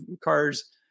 cars